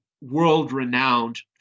world-renowned